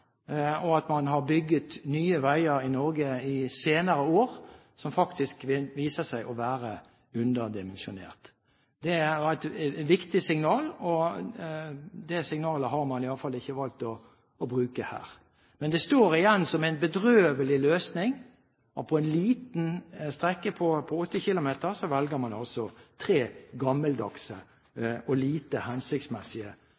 og at man har bygget nye veier i Norge i de senere år som faktisk viser seg å være underdimensjonert. Det er et viktig signal. Det signalet har man iallfall ikke valgt å lytte til her. Det står igjen som en bedrøvelig løsning at man på en liten strekning på 8 km velger tre gammeldagse